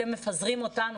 אתם מפזרים אותנו.